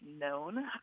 known